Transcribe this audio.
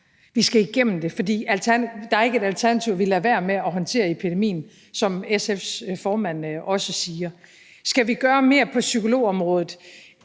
Vi skal igennem det, for der er ikke et alternativ ved at lade være med at håndtere epidemien, som SF's formand også siger. Skal vi gøre mere på psykologområdet?